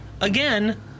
Again